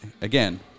again